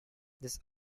this